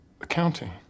Accounting